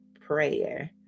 prayer